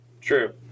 True